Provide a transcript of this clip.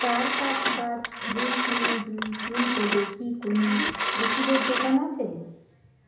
চার পাঁচ পাঁচ দুই শূন্য দুই পিনকোডে কি কোনও ওষুধের দোকান আছে